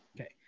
Okay